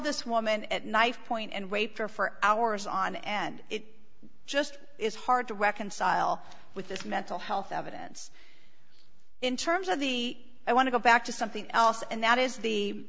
this woman at knifepoint and wait for for hours on end it just is hard to reconcile with this mental health evidence in terms of the i want to go back to something else and that is the